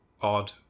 odd